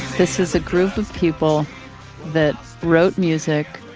this is a group of people that wrote music,